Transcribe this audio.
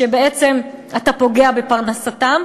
שבעצם אתה פוגע בפרנסתם,